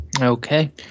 Okay